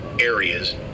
areas